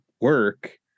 work